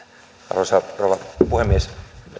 arvoisa rouva puhemies